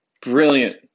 brilliant